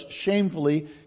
shamefully